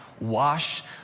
wash